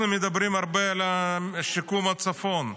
אנחנו מדברים הרבה על שיקום הצפון.